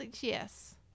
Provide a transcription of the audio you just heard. yes